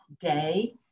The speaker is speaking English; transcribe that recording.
day